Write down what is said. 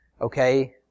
Okay